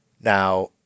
Now